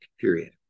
period